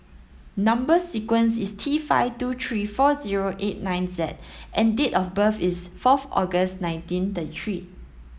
number sequence is T five two three four zero eight nine Z and date of birth is fourth August nineteen thirty three